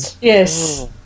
Yes